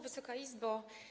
Wysoka Izbo!